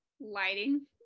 lighting